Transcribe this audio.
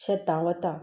शेतांत वतात